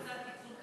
אני לא שומע, מה?